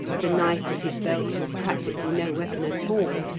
the knife at his belt was practically no weapon at all,